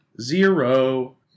Zero